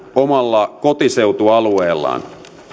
omalla kotiseutualueellaan